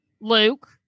Luke